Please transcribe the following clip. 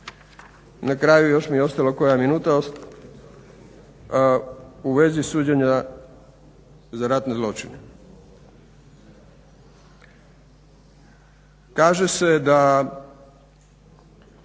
Na kraju još mi je ostala koja minuta, u vezi suđenja za ratne zločine. Kaže se na